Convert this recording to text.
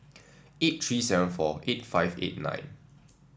eight three seven four eight five eight nine